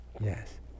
Yes